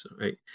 right